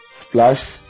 Splash